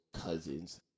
cousins